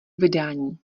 vydání